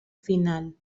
final